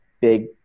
big